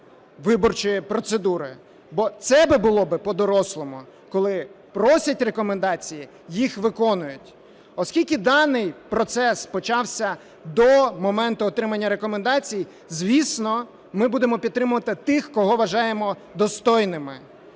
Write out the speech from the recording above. виборчої процедури. Бо це було б по-дорослому: коли просять рекомендації, їх виконують. Оскільки даний процес почався до моменту отримання рекомендацій, звісно, ми будемо підтримувати тих, кого вважаємо достойними